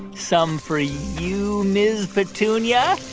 some for you, ms. petunia,